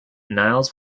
niles